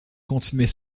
continuer